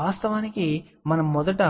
వాస్తవానికి మనం మొదట